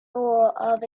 rule